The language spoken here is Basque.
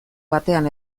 batean